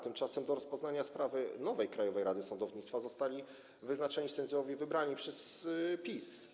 Tymczasem do rozpoznania sprawy nowej Krajowej Rady Sądownictwa zostali wyznaczeni sędziowie wybrani przez PiS.